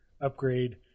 upgrade